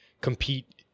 compete